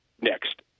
next